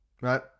right